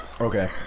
Okay